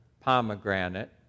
pomegranate